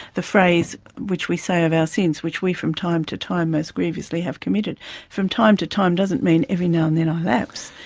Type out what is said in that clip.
the phrase which we say of our sins, which we from time to time most grievously have from time to time doesn't mean every now and then i lapse,